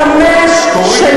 למה הצבעת נגד?